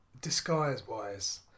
disguise-wise